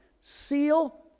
seal